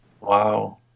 Wow